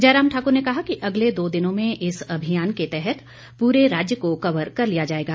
जयराम ठाकुर ने कहा कि अगले दो दिनों में इस अभियान के तहत पूरे राज्य को कवर कर लिया जाएगा